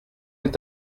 est